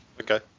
Okay